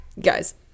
Guys